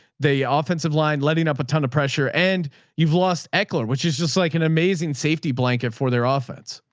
the ah offensive line, letting up a ton of pressure and you've lost eckler which is just like an amazing safety blanket for their ah offense.